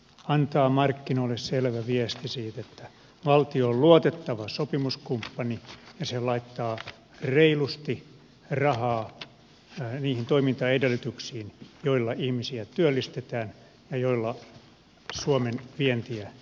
antaa markkinoille selvä viesti siitä että valtio on luotettava sopimuskumppani ja se laittaa reilusti rahaa niihin toimintaedellytyksiin joilla ihmisiä työllistetään ja suomen vientiä edistetään